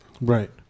right